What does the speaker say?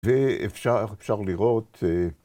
‫ואפשר לראות...